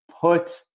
put –